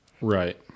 Right